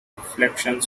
reflections